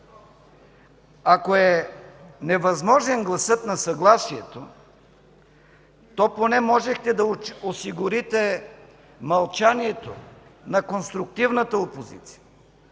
Ако е невъзможен гласът на съгласието, то поне можехте да осигурите мълчанието на конструктивната опозиция,